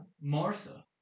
Martha